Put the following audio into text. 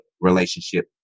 relationship